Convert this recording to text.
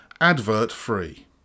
advert-free